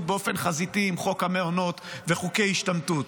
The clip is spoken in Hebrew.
באופן חזיתי עם חוק המעונות וחוקי השתמטות,